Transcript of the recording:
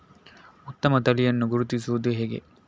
ಉತ್ತಮ ತಳಿಯನ್ನು ಗುರುತಿಸುವುದು ಹೇಗೆ?